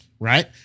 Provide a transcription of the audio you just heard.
Right